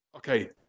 Okay